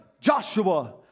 Joshua